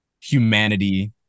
humanity